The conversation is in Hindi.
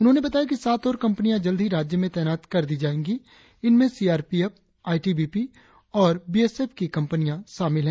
उन्होंने बताया कि सात और कंपनियां जल्द ही राज्य में तैनात कर दी जायेगी इनमें C R P F I T B P और बी एस एफ की कंपनियॉ शामिल है